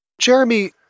Jeremy